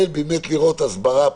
ולראות הסברה